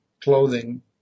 clothing